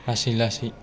लासै लासै